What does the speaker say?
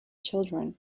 children